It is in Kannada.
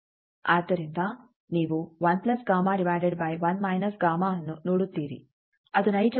ಆದ್ದರಿಂದ ನೀವು ಅನ್ನು ನೋಡುತ್ತೀರಿ ಅದು ನೈಜ ಪ್ರಮಾಣವಾಗಿದೆ